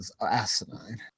asinine